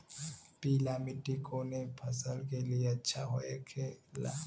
पीला मिट्टी कोने फसल के लिए अच्छा होखे ला?